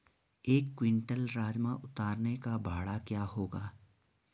एक क्विंटल राजमा उतारने का भाड़ा क्या होगा?